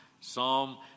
Psalm